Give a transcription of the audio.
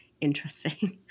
interesting